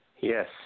Yes